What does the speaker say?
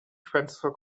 transfer